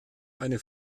eine